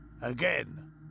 Again